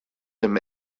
him